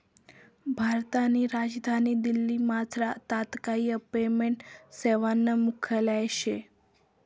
भारतनी राजधानी दिल्लीमझार तात्काय पेमेंट सेवानं मुख्यालय शे